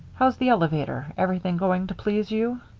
how's the elevator? everything going to please you?